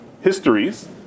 histories